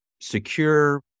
secure